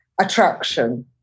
attraction